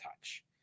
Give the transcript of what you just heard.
touch